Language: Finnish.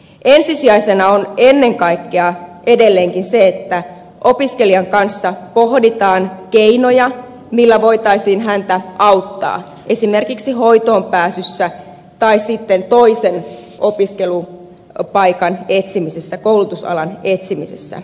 ensisijaisena on ennen kaikkea edelleenkin se että opiskelijan kanssa pohditaan keinoja millä voitaisiin häntä auttaa esimerkiksi hoitoon pääsyssä tai sitten toisen opiskelupaikan koulutusalan etsimisessä